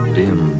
dim